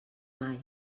mai